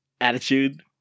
attitude